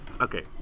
Okay